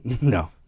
no